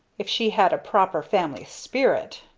if she had a proper family spirit,